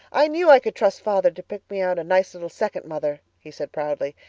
i knew i could trust father to pick me out a nice little second mother, he said proudly.